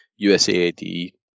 USAID